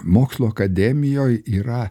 mokslų akademijoj yra